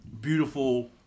beautiful